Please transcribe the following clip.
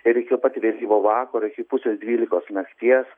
ir iki pat vėlyvo vakaro iki pusės dvylikos nakties